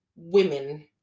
women